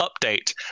update